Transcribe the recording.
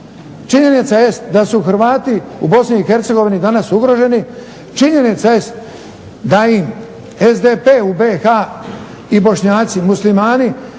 činjenica jest da su Hrvati u Bosni i Hercegovini danas ugroženi, činjenica jest da im SDP u BIH i bošnjaci, muslimani